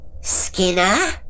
Skinner